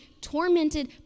tormented